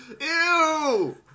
Ew